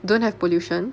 don't have pollution